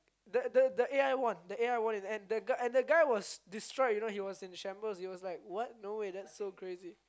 the the the A_I the A_I won in the end and the the guy was destroyed you know he was in shambles he was like what no way that's so crazy